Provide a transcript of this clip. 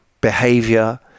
behavior